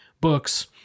books